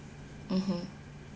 mmhmm